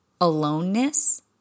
aloneness